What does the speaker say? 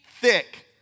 thick